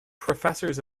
professors